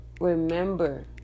remember